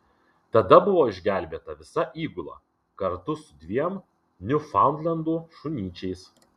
tada buvo išgelbėta visa įgula kartu su dviem niufaundlendų šunyčiais